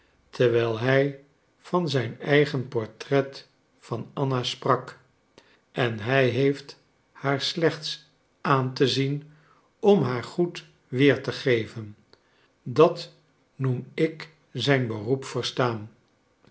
terwijl hij van zijn eigen portret van anna sprak en hij heeft haar slechts aan te zien om haar goed weer te geven dat noem ik zijn beroep verstaan